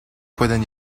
pueden